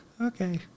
okay